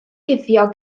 guddio